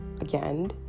again